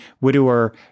widower